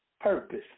purpose